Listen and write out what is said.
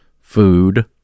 food